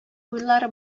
уйлар